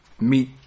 meet